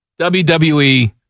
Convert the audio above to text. WWE